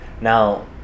now